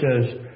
says